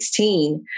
2016